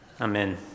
Amen